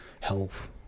health